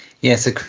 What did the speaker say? yes